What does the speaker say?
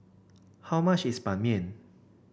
how much is Ban Mian